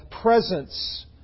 presence